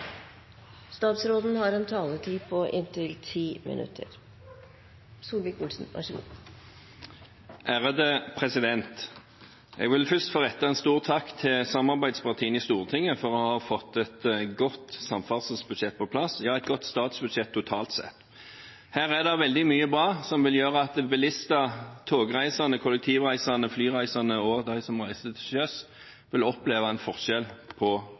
samarbeidspartiene i Stortinget for å ha fått på plass et godt samferdselsbudsjett – ja, et godt statsbudsjett totalt sett. Her er det veldig mye bra, som vil føre til at bilister, togreisende, kollektivreisende, flypassasjerer og de som reiser til sjøs, vil oppleve en forskjell når det gjelder hvem som sitter i regjering, og hvem som utgjør flertallet. Det har vært gode flyttinger av penger. Nå får en redusert vedlikeholdsetterslepet på